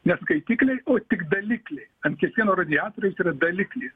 ne skaitikliai o tik dalikliai ant kiekvieno radiatoriaus yra dalikliai